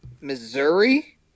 Missouri